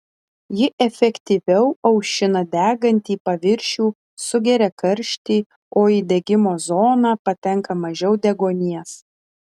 ji efektyviau aušina degantį paviršių sugeria karštį o į degimo zoną patenka mažiau deguonies